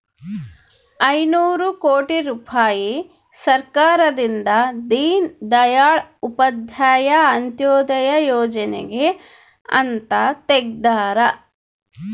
ಐನೂರ ಕೋಟಿ ರುಪಾಯಿ ಸರ್ಕಾರದಿಂದ ದೀನ್ ದಯಾಳ್ ಉಪಾಧ್ಯಾಯ ಅಂತ್ಯೋದಯ ಯೋಜನೆಗೆ ಅಂತ ತೆಗ್ದಾರ